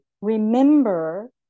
remember